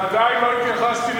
ועדיין לא התייחסתי,